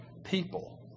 people